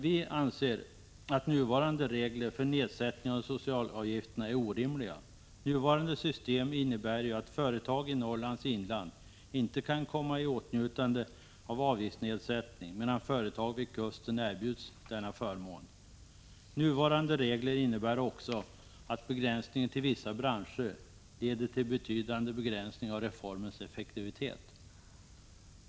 Vi anser att nuvarande regler för nedsättning av socialavgifterna är orimliga. Nuvarande system innebär att företag i Norrlands inland inte kan komma i åtnjutande av avgiftsnedsättning, medan företag vid kusten erbjuds denna förmån. Nuvarande regler innebär också att begränsning till vissa branscher leder till betydande begränsning av reformens effektivitet.